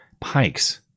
Pikes